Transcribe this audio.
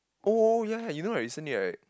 oh ya you know right recently right